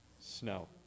snow